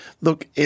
Look